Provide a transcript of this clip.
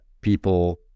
people